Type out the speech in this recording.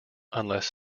unless